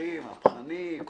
מזרחי ומהפכני.